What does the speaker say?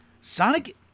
Sonic